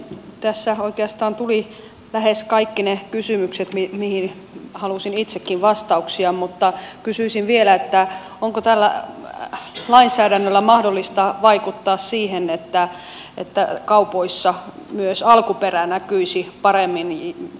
tässä oikeastaan tuli lähes kaikki ne kysymykset joihin halusin itsekin vastauksia mutta kysyisin vielä onko tällä lainsäädännöllä mahdollista vaikuttaa siihen että kaupoissa myös alkuperä näkyisi paremmin